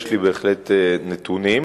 יש לי בהחלט נתונים.